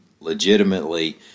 legitimately